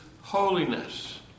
holiness